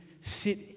sit